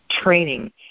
training